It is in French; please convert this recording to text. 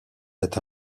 est